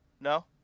no